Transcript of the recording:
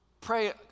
pray